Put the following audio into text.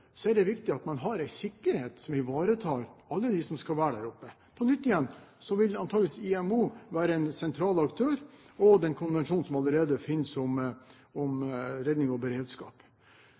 er det viktig at man har en sikkerhet som ivaretar alle dem som skal være der oppe. Igjen vil antakeligvis IMO være en sentral aktør og også den konvensjonen som allerede finnes om redning og beredskap.